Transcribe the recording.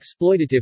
exploitative